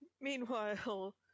Meanwhile